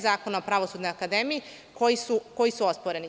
Zakona o Pravosudnoj akademiji koji su osporeni.